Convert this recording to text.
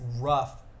rough